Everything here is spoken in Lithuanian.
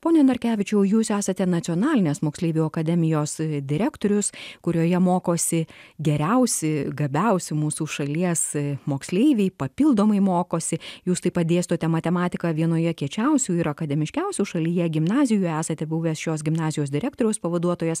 pone narkevičiau jūs esate nacionalinės moksleivių akademijos direktorius kurioje mokosi geriausi gabiausi mūsų šalies moksleiviai papildomai mokosi jūs taip pat dėstote matematiką vienoje kiečiausių ir akademiškiausių šalyje gimnazijų esate buvęs šios gimnazijos direktoriaus pavaduotojas